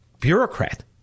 bureaucrat